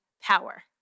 power